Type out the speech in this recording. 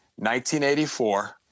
1984